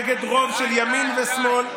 נגד רוב של ימין ושמאל.